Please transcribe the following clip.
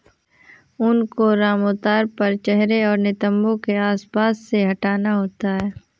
ऊन को आमतौर पर चेहरे और नितंबों के आसपास से हटाना होता है